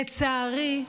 לצערי,